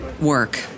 work